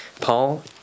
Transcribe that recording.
Paul